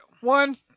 one